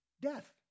Death